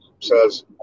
says